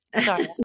Sorry